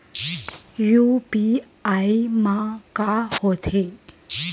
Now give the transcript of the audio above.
UPI मा का होथे?